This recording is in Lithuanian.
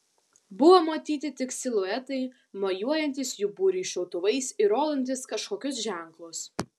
buvo matyti tik siluetai mojuojantys jų būriui šautuvais ir rodantys kažkokius ženklus